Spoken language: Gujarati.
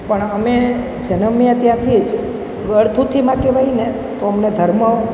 પણ અમે જન્મ્યાં ત્યાંથી જ ગળથૂથીમાં કહેવાય ને તો અમને ધર્મ